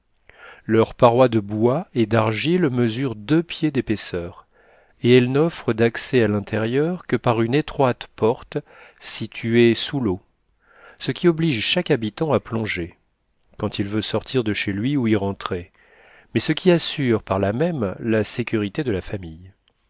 leurs parois de bois et d'argile mesurent deux pieds d'épaisseur et elles n'offrent d'accès à l'intérieur que par une étroite porte située sous l'eau ce qui oblige chaque habitant à plonger quand il veut sortir de chez lui ou y rentrer mais ce qui assure par là même la sécurité de la famille